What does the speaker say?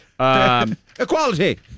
Equality